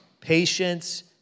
patience